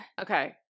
Okay